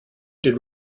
did